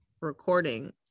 recording